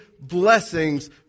blessings